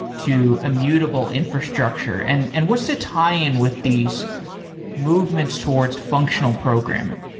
to immutable infrastructure, and and what's the tie in with these movements towards functional programming?